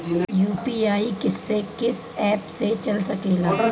UPI किस्से कीस app से चल सकेला?